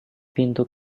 pintu